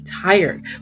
tired